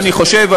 אני חושב,